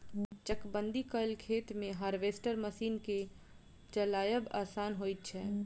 चकबंदी कयल खेत मे हार्वेस्टर मशीन के चलायब आसान होइत छै